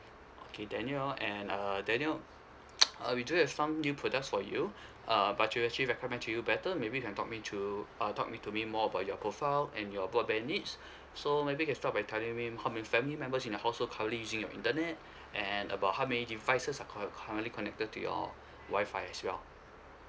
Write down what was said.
okay daniel and uh daniel uh we do have some new products for you uh but to actually recommend you better maybe can talk me through uh talk me to me more about your profile and your broadband needs so maybe can start by telling me how many family members in the household currently using your internet and about how many devices are cur~ currently connected to your Wi-Fi as well